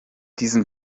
diesem